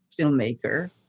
filmmaker